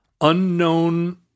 unknown